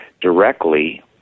directly